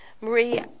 Marie